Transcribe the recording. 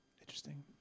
Interesting